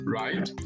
right